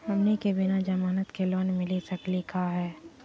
हमनी के बिना जमानत के लोन मिली सकली क हो?